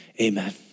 Amen